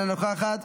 אינה נוכחת,